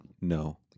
No